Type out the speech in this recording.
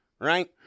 right